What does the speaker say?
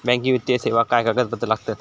Banking वित्तीय सेवाक काय कागदपत्र लागतत?